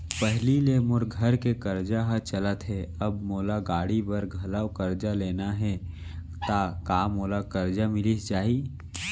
पहिली ले मोर घर के करजा ह चलत हे, अब मोला गाड़ी बर घलव करजा लेना हे ता का मोला करजा मिलिस जाही?